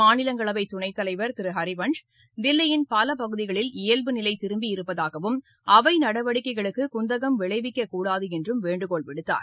மாநிலங்களவைத் துணைத்தலைவர் திரு ஹிவன்ஸ் தில்லியின் பல பகுதிகளில் இயல்பு நிலை திரும்பி இருப்பதாகவும் அவை நடவடிக்கைகளுக்கு குந்தகம் விளைவிக்கக்கூடாது என்றும் வேண்டுகோள் விடுத்தார்